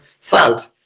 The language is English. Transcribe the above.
salt